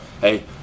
Hey